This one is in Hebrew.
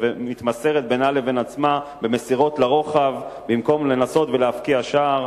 ומתמסרת בינה לבין עצמה במסירות לרוחב במקום לנסות ולהבקיע שער.